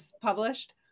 published